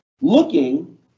Looking